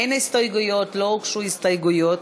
אין הסתייגויות, לא הוגשו הסתייגויות.